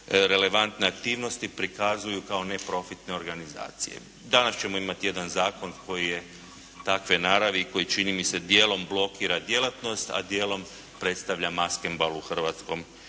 relevantne aktivnosti prikazuju kao neprofitne organizacije. Danas ćemo imati jedan Zakon koji je takve narav i koji čini mi se dijelom blokira djelatnost a dijelom predstavlja maskembal u hrvatskom